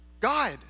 God